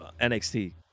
NXT